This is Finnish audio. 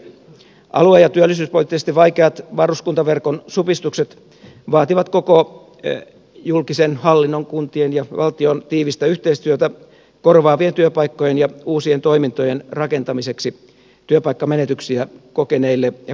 alue ja työllisyyspoliittisesti vaikeat varuskuntaverkon supistukset vaativat koko julkisen hallinnon kuntien ja valtion tiivistä yhteistyötä korvaavien työpaikkojen ja uusien toimintojen rakentamiseksi työpaikkamenetyksiä kokeneille ja kokeville paikkakunnille